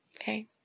okay